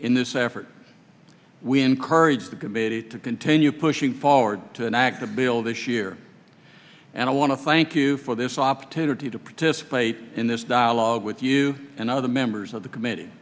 in this effort we encourage the committee to continue pushing forward to enact a bill this year and i want to thank you for this opportunity to participate in this dialogue with you and other members of the committe